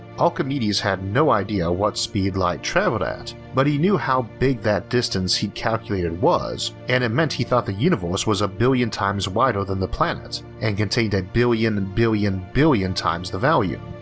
archimedes had no idea what speed light traveled at, but he knew how big that distance he'd calculated was and it meant he thought the universe was a billion times wider than the planet and contained a billion, and billion, billion times the volume.